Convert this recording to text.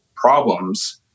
problems